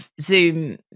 zoom